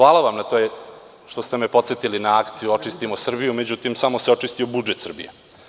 Hvala vam što ste me podsetili na akciju „Očistimo Srbiju“, međutim, samo se očistio budžet Srbije.